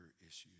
issues